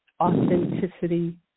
Authenticity